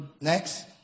Next